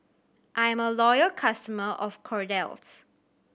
I am a loyal customer of Kordel's